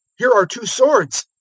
here are two swords,